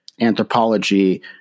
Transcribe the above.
anthropology